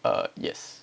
uh yes